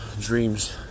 dreams